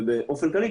ובאופן כללי,